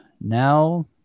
now